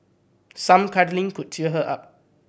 some cuddling could cheer her up